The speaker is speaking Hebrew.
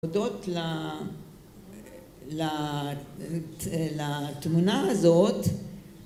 ‫תודות לה לה לתמונה הזאת.